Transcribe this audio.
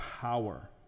power